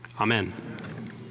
Amen